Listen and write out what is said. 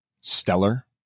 stellar